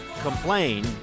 complain